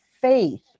faith